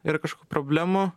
yra kažkokių problemų